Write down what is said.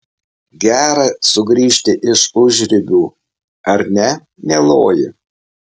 gera sugrįžti iš užribių ar ne mieloji